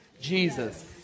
Jesus